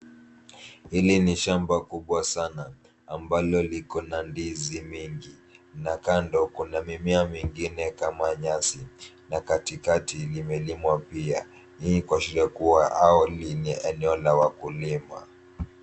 Hili ni shamba kubwa sana ambalo liko na ndizi mingi na kando kuna mimea mengine kama nyasi na katikati limelimwa hii ni kwa ajili ya kuwa au lenye eneo la wakulima.